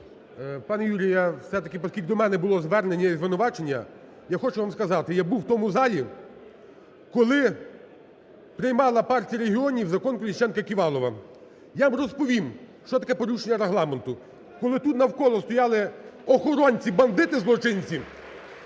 Пане Юрію, все-таки оскільки до мене було звернення і звинувачення, я хочу вам сказати: я був у тому залі, коли приймала Партія регіонів закон Колесніченка-Ківалова, я вам розповім, що таке порушення Регламенту. Коли тут навколо стояли охоронці-бандити, злочинці,